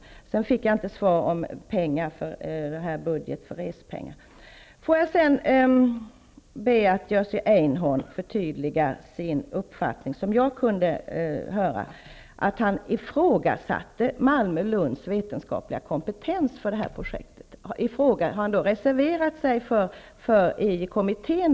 Angående pengar i budget för resa fick jag inget svar. Jag skulle vilja få ett förtydligande av Jerzy Einhorn angående hans uppfattning. Är det rätt uppfattat att Jery Einhorn ifrågasätter Lunds vetenskapliga kompetens när det gäller detta projekt? Om svaret är ja, har Jerzy Einhorn då reserverat sig i kommittén?